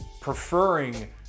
preferring